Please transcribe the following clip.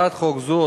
הצעת חוק זו,